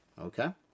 okay